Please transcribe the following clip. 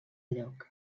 lloc